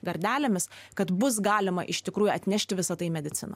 gardelėmis kad bus galima iš tikrųjų atnešti visa tai į mediciną